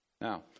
Now